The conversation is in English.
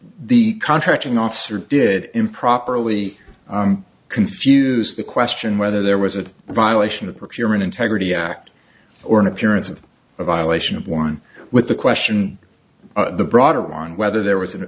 the contracting officer did improperly confuse the question whether there was a violation the procurement integrity act or an appearance of a violation of one with the question the broader mind whether there was an